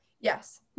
Yes